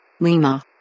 Lima